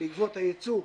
בעקבות הייצוא,